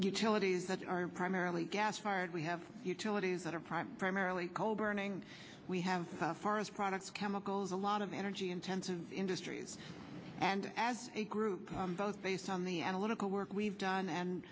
utilities that are primarily gas fired we have utilities that are primarily coal burning we have forest products chemicals a lot of energy intensive industries and as a group both based on the analytical work we've done and